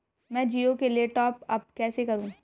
मैं जिओ के लिए टॉप अप कैसे करूँ?